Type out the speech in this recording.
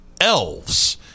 elves